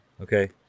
Okay